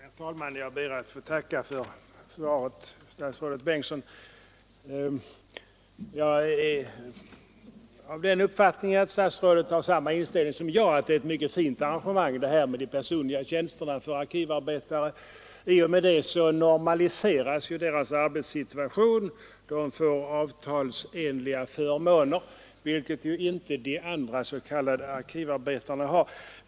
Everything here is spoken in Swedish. Herr talman! Jag ber att få tacka för svaret från statsrådet Bengtsson. Jag är av den uppfattningen att statsrådet har samma inställning som jag, nämligen att det är ett mycket bra arrangemang med de personliga tjänsterna för arkivarbetare. I och med det normaliseras ju deras arbetssituation. De får avtalsenliga förmåner, vilket ju inte de andra s.k. arkivarbetarna har.